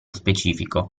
specifico